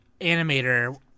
animator